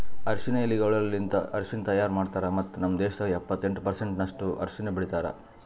ಅರಶಿನ ಎಲಿಗೊಳಲಿಂತ್ ಅರಶಿನ ತೈಯಾರ್ ಮಾಡ್ತಾರ್ ಮತ್ತ ನಮ್ ದೇಶದಾಗ್ ಎಪ್ಪತ್ತೆಂಟು ಪರ್ಸೆಂಟಿನಷ್ಟು ಅರಶಿನ ಬೆಳಿತಾರ್